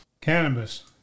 Cannabis